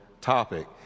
topic